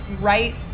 right